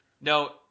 No